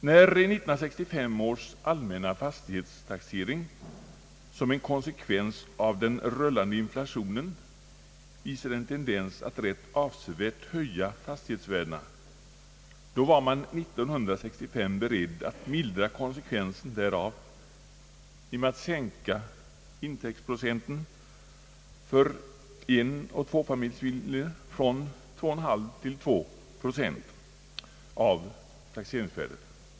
När 1965 års allmänna fastighetstaxering som en konsekvens av den rullande inflationen visade en tendens att rätt avsevärt höja fastighetsvärdena, var man 1965 beredd att mildra konsekvensen därav genom att sänka intäktsprocenten för enoch tvåfamiljsfastigheter från 2,5 till 2 procent av taxeringsvärdet.